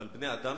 אבל בני-אדם